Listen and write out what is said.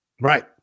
Right